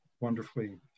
wonderfully